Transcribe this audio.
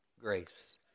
grace